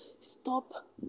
stop